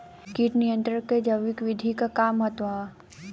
कीट नियंत्रण क जैविक विधि क का महत्व ह?